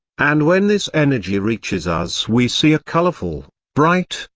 and when this energy reaches us we see a colorful, bright,